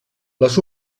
les